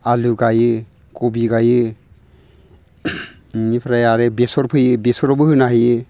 आलु गायो खबि गायो इनिफ्राय आरो बेसर फोयो बेसरावबो होना हायो